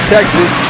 Texas